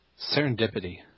Serendipity